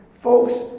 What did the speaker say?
Folks